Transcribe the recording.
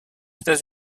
états